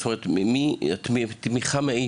מאיפה תרצו שתגיע התמיכה?